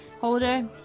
Holiday